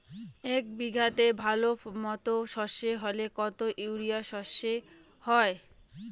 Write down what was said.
এক বিঘাতে ভালো মতো সর্ষে হলে কত ইউরিয়া সর্ষে হয়?